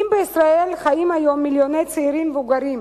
אם בישראל חיים היום מיליוני צעירים ומבוגרים